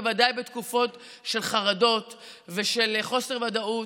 בוודאי בתקופות של חרדות שול חוסר ודאות,